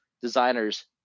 designers